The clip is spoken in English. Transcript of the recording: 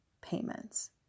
payments